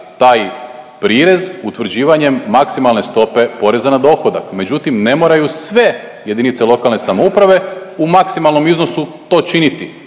taj prirez utvrđivanjem maksimalne stope poreza na dohodak, međutim ne moraju sve jedinice lokalne samouprave u maksimalnom iznosu to činiti.